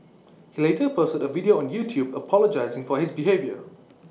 he later posted A video on YouTube apologising for his behaviour